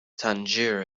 tangier